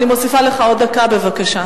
אני מוסיפה לך עוד דקה, בבקשה.